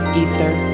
ether